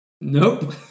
Nope